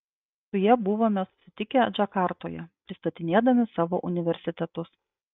su ja buvome susitikę džakartoje pristatinėdami savo universitetus